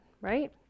right